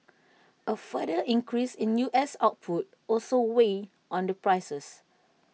A further increase in U S output also weighed on the prices